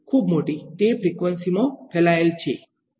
ખૂબ મોટી તે ફ્રીક્વન્સીમાં ફેલાયેલ છે